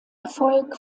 erfolg